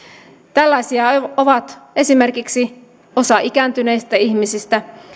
tällaisia ovat esimerkiksi osa ikääntyneistä ihmisistä